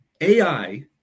AI